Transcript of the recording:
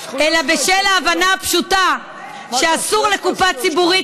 אלא בשל ההבנה הפשוטה שאסור לקופה הציבורית